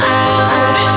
out